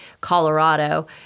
Colorado